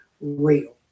real